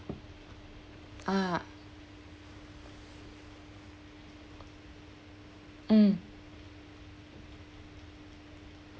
ah mm